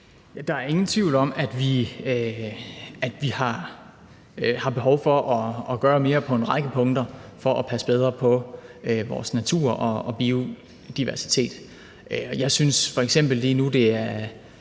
Der er ingen tvivl om, at vi har behov for at gøre mere på en række punkter for at passe bedre på vores natur og biodiversitet. Jeg synes f.eks., det lige nu er